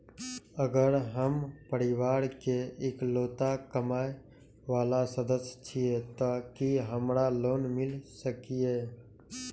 अगर हम परिवार के इकलौता कमाय वाला सदस्य छियै त की हमरा लोन मिल सकीए?